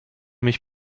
mich